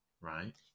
right